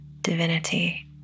divinity